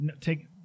take